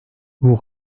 vous